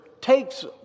takes